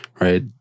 right